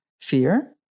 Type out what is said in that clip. fear